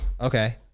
Okay